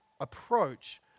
approach